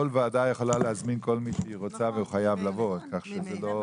כל ועדה יכולה להזמין כל מי שהיא רוצה והוא חייב לבוא כך שזה לא